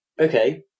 Okay